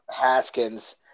Haskins